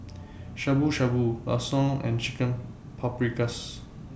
Shabu Shabu Lasagne and Chicken Paprikas